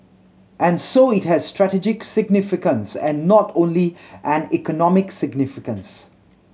and so it has strategic significance and not only an economic significance